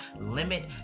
limit